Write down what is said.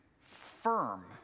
firm